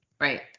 Right